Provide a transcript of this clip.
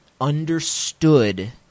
understood